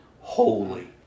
holy